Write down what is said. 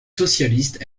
socialiste